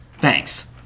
Thanks